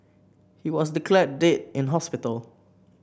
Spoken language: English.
he was declared dead in hospital